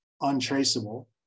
untraceable